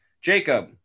Jacob